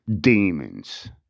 demons